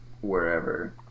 wherever